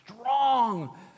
strong